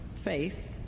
faith